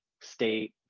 state